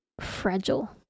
fragile